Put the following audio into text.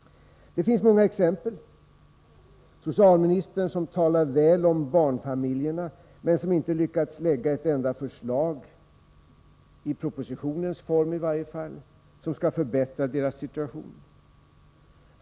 Det finns många exempel: Socialministern, som talar väl om barnfamiljerna men som inte lyckats lägga fram ett enda förslag — i propositionens form i varje fall — för att förbättra deras situation.